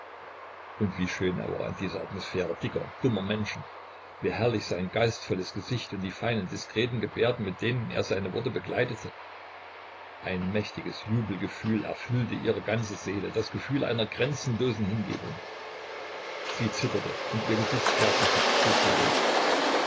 und wie schön er war in dieser atmosphäre dicker dummer menschen wie herrlich sein geistvolles gesicht und die feinen diskreten gebärden mit denen er seine worte begleitete ein mächtiges jubelgefühl erfüllte ihre ganze seele das gefühl einer grenzenlosen hingebung sie zitterte und ihr gesicht färbte sich purpurrot